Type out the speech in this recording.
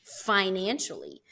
financially